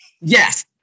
Yes